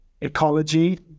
ecology